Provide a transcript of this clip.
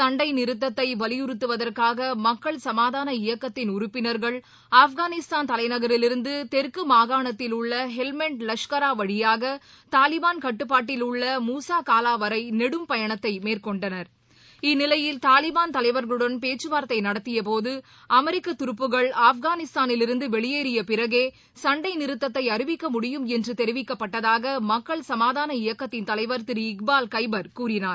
சண்டைநிறுத்தத்தைவலியுறுத்துவதற்காகமக்கள் இயக்கத்தின் சமாதான உறுப்பினர்கள் ஆப்கானிஸ்தான தலைநகரிலிருந்துதெற்கமாகணாத்தில் உள்ளஹெவ்மண்ட் கட்டுபாட்டில் உள்ள மூசாகாலாவரைநெடும் பயணத்தைமேற்கொண்டனர் இந்நிலையில் தாலிபான் தலைவர்களுடன் பேச்சுவார்த்தைநடத்தியபோதுஅமெரிக்கதுருப்புகள் ஆப்கானிஸ்தானிலிருந்துவெளியேறியபிறகேசண்டைநிறுத்தத்தைஅறிவிக்க முடியும் என்றுதெரிவிக்கப்பட்டதாகமக்கள் சமாதான இயக்கத்தின் தலைவர் திரு இக்பால் கைபர் கூறினார்